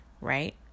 right